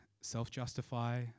self-justify